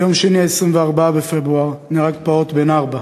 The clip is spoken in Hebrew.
ביום שני 24 בפברואר נהרג פעוט בן ארבע